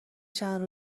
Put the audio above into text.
چند